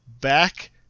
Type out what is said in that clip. back